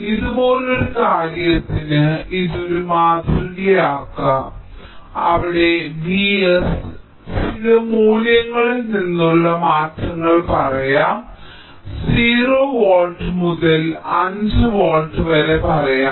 ഇതുപോലൊരു കാര്യത്തിന് ഇത് ഒരു മാതൃകയാകാം അവിടെ Vs ചില മൂല്യങ്ങളിൽ നിന്നുള്ള മാറ്റങ്ങൾ പറയാം 0 വോൾട്ട് മുതൽ 5 വോൾട്ട് വരെ പറയാം